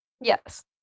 Yes